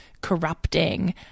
corrupting